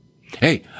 Hey